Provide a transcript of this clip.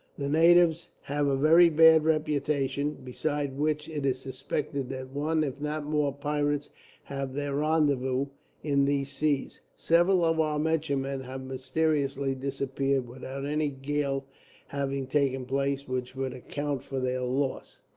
the natives have a very bad reputation, besides which it is suspected that one, if not more, pirates have their rendezvous in these seas. several of our merchantmen have mysteriously disappeared, without any gale having taken place which would account for their loss.